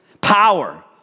Power